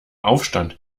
aufstand